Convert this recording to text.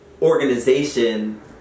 organization